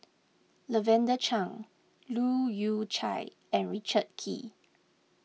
Lavender Chang Leu Yew Chye and Richard Kee